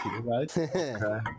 right